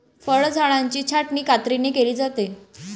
फळझाडांची छाटणी कात्रीने केली जाते